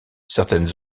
certaines